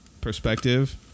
perspective